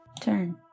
turn